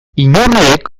inurriek